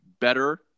better